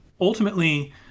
Ultimately